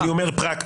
אני אומר פרקטית,